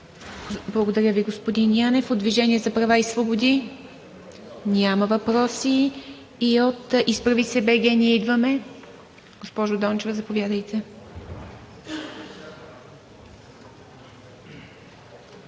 Благодаря Ви, господин Янев. От „Движение за права и свободи“? Няма въпроси. И от „Изправи се БГ! Ние идваме!“? Госпожо Дончева, заповядайте.